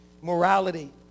morality